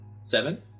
Seven